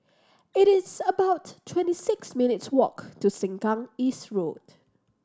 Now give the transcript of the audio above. it is about twenty six minutes' walk to Sengkang East Road